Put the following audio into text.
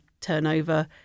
turnover